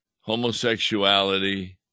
homosexuality